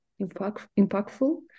impactful